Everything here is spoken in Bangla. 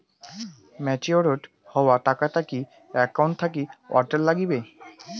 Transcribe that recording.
ম্যাচিওরড হওয়া টাকাটা কি একাউন্ট থাকি অটের নাগিবে?